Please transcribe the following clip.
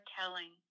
telling